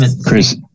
Chris